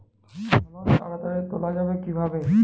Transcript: ফসল তাড়াতাড়ি তোলা যাবে কিভাবে?